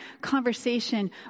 conversation